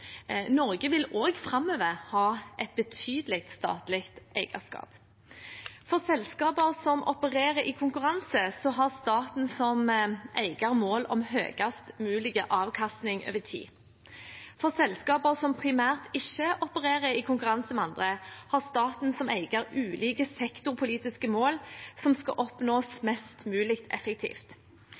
Norge vil også framover ha et betydelig statlig eierskap. For selskaper som opererer i konkurranse, har staten som eier mål om høyest mulig avkastning over tid. For selskaper som primært ikke opererer i konkurranse med andre, har staten som eier ulike sektorpolitiske mål som skal oppnås mest mulig effektivt.